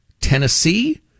Tennessee